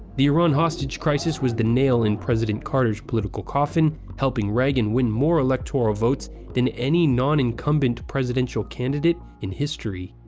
the iran hostage crisis was the nail in president carter's political coffin, helping reagan win more electoral votes than any non-incumbent presidential candidate in history.